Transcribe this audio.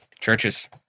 Churches